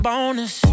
bonus